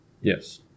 Yes